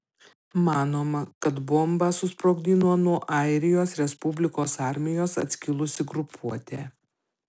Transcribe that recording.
manoma kad bombą susprogdino nuo airijos respublikos armijos atskilusi grupuotė